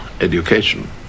education